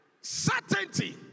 certainty